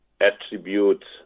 attributes